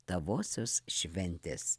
tavosios šventės